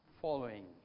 following